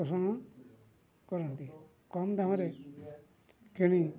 ଶୋଷଣ କରନ୍ତି କମ୍ ଦାମ୍ରେ କିଣି